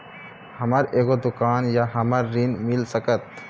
हमर एगो दुकान या हमरा ऋण मिल सकत?